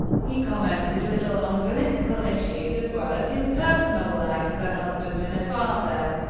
he commented little on political issues as well as his personal life as a husband and a father.